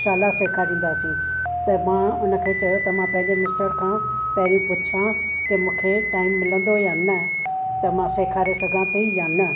शाला सेखारींदासीं त मां उनखे चयो त मां पंहिंजे मिस्टर खां पहिरीं पुछां की मूंखे टाइम मिलंदो या न त मां सेखारे सघां थी या न